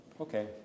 Okay